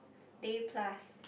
DayPlus